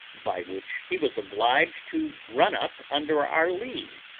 by which he was obliged to run up under our lee,